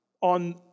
on